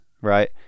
right